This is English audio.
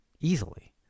easily